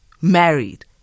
married